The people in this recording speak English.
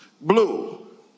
blue